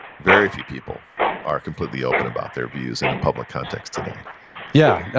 very few people are completely open about their views in a public context today yeah. yeah